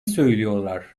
söylüyorlar